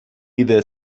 إذا